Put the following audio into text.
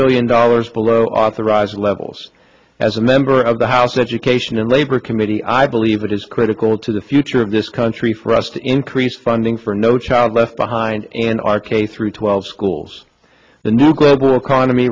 billion dollars below authorized levels as a member of the house education and labor committee i believe it is critical to the future of this country for us to increase funding for no child left behind and our k through twelve schools the new global economy